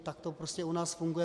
Tak to prostě u nás funguje.